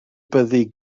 byddi